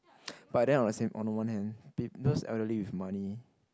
but then I on the same on one hand pe~ those elderly with money